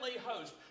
host